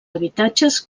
habitatges